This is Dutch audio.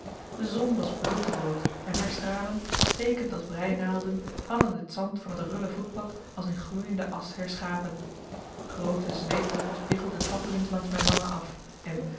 de zon was bloedrood en haar stralen stekend als breinaalden hadden het zand van het rulle voetpad als in gloeiende asch herschapen groote zweetdruppels biggelden tappelings langs mijn wangen af en